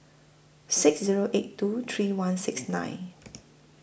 six Zero eight two three one six nine